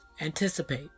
anticipate